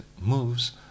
moves